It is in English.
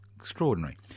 Extraordinary